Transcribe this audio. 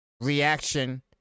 reaction